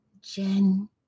Jen